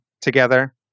together